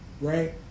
right